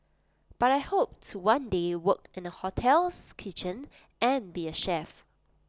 but I hope to one day work in the hotel's kitchen and be A chef